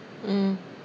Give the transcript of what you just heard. mm